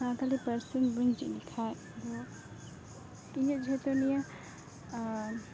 ᱥᱟᱱᱛᱟᱲᱤ ᱯᱟᱹᱨᱥᱤ ᱵᱟᱹᱧ ᱪᱤᱫ ᱞᱮᱠᱷᱟᱡ ᱫᱚ ᱤᱧᱟᱹᱜ ᱡᱚᱛᱚ ᱱᱤᱭᱟᱹ ᱟᱨᱻ